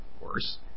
worse